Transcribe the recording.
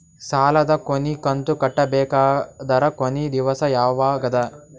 ಸಾಲದ ಕೊನಿ ಕಂತು ಕಟ್ಟಬೇಕಾದರ ಕೊನಿ ದಿವಸ ಯಾವಗದ?